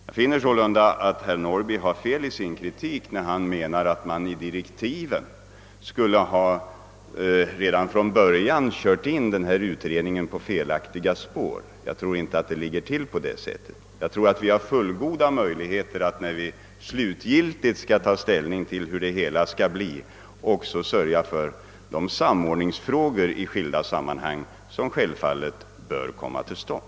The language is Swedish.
Jag finner således att herr Norrby har fel i sin kritik när han menar att man i direktiven redan från början skulle ha kört in denna utredning på felaktiga spår. Jag tror inte att det ligger till på det sättet. Vi har fullgoda möjligheter att, när vi slutgiltigt skall ta ställning till hur det hela skall ordnas, också sörja för den samordning i skilda sammanhang som givetvis bör komma till stånd.